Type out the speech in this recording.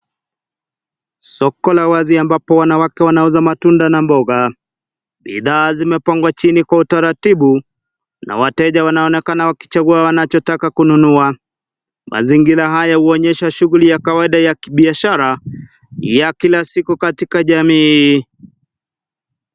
Soko la wazi ambapo wanawake wanauza matunda na mboga. Bidhaa zimepangwa chini kwa utaratibu na wateja wanaonekana wakichagua wanachotaka kununua. Mazingira hayo huonyesha shughuli ya kawaida ya kibiashara ya kila siku katika jamii.